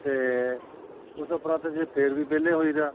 ਅਤੇ ਉਸ ਉਪਰੰਤ ਜੇ ਫੇਰ ਵੀ ਵਿਹਲੇ ਹੋਈਦਾ